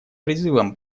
призывом